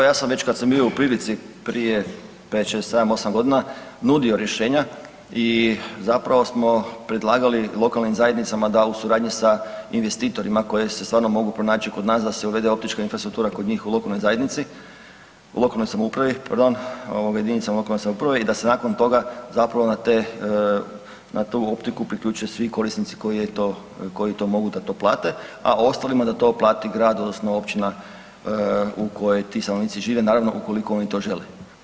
Pa evo, ja sam već kad sam bio u prilici prije 5,6, 7, 8 g., nudio rješenja i zapravo smo predlagali lokalnim zajednicama da u suradnji sa investitorima koji se stvarno mogu pronaći kod nas, da se uvede optička infrastruktura kod njih u lokalnoj zajednici, u lokalnoj samoupravi, pardon, jedinicama lokalne samouprave i da se nakon toga zapravo na tu optiku priključe svi korisnici koji to mogu da to plate a ostalima da to plati grad odnosno općina u kojoj ti stanovnici žive, naravno ukoliko oni to žele.